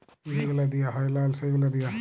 যে গুলা দিঁয়া হ্যয় লায় সে গুলা দিঁয়া